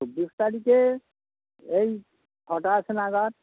চব্বিশ তারিখে এই ছটা নাগাদ